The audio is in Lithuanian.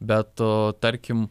bet tarkim